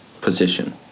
position